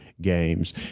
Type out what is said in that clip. Games